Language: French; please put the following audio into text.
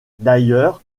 d’ailleurs